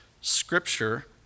scripture